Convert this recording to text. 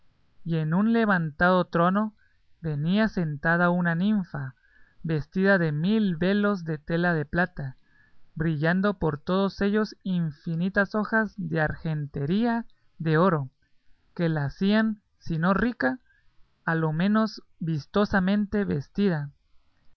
y en un levantado trono venía sentada una ninfa vestida de mil velos de tela de plata brillando por todos ellos infinitas hojas de argentería de oro que la hacían si no rica a lo menos vistosamente vestida